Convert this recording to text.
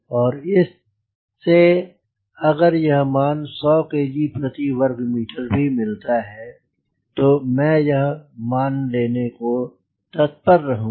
और इस से अगर यह मान 100 kg प्रति वर्ग मीटर भी मिलता है तो मैं यह मान लेने को तत्पर रहूँगा